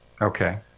Okay